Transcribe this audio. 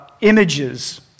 images